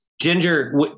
Ginger